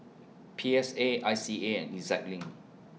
P S A I C A and E Z LINK